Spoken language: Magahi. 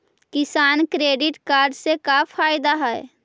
किसान क्रेडिट कार्ड से का फायदा है?